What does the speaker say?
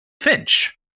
Finch